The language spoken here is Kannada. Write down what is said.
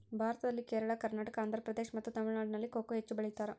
ಭಾರತದಲ್ಲಿ ಕೇರಳ, ಕರ್ನಾಟಕ, ಆಂಧ್ರಪ್ರದೇಶ್ ಮತ್ತು ತಮಿಳುನಾಡಿನಲ್ಲಿ ಕೊಕೊ ಹೆಚ್ಚು ಬೆಳಿತಾರ?